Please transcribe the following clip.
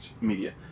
media